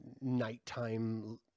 nighttime